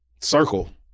circle